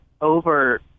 over